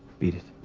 beat it.